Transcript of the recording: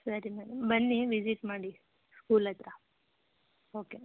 ಸರಿ ಮೇಡಮ್ ಬನ್ನಿ ವಿಸಿಟ್ ಮಾಡಿ ಸ್ಕೂಲ್ ಹತ್ತಿರ ಓಕೆ